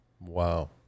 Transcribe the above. Wow